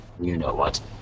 you-know-what